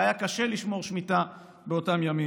והיה קשה לשמור שמיטה באותם ימים,